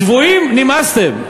צבועים, נמאסתם.